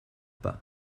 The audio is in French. pas